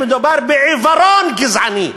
מדובר בעיוורון גזעני.